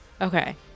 Okay